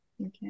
okay